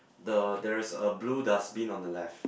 the there is a blue dustbin on the left